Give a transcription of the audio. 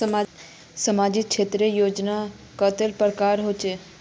सामाजिक क्षेत्र योजनाएँ कतेला प्रकारेर होचे?